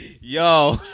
Yo